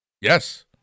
Yes